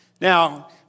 Now